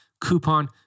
coupon